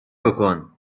بکن